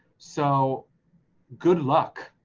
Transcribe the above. so good luck.